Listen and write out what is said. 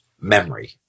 memory